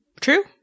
True